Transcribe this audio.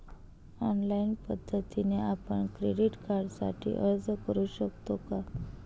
Online पद्धतीने आपण credit कार्डसाठी अर्ज करु शकतो का?